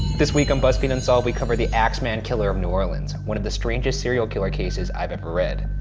this week on buzzfeed unsolved, we cover the axeman killer of new orleans, one of the strangest serial killer cases i've ever read.